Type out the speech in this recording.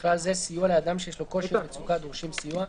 ובכלל זה סיוע לאדם שיש לו קושי או מצוקה הדורשים סיוע,